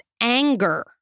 anger